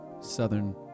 Southern